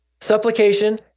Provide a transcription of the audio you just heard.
supplication